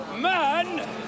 man